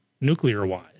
nuclear-wise